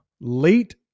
late